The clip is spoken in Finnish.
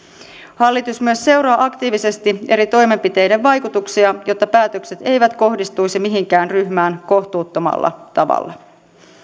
hallitus myös seuraa aktiivisesti eri toimenpiteiden vaikutuksia jotta päätökset eivät kohdistuisi mihinkään ryhmään kohtuuttomalla tavalla